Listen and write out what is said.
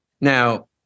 Now